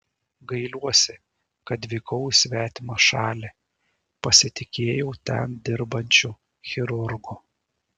gailiuosi kad vykau į svetimą šalį pasitikėjau ten dirbančiu chirurgu